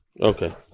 Okay